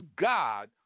God